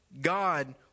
God